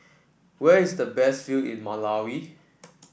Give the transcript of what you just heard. where is the best view in Malawi